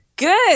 good